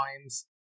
times